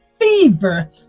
fever